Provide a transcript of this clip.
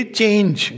change